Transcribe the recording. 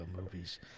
movies